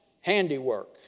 handiwork